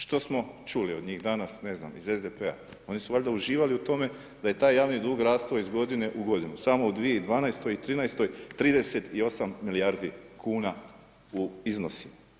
Što smo čuli od njih danas, ne znam iz SDP-a oni su valjda uživali u tome da je taj javni dug rastao iz godine u godinu samo u 2012. i 2013. 38 milijardi kuna u iznosima.